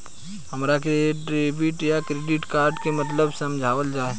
हमरा के डेबिट या क्रेडिट कार्ड के मतलब समझावल जाय?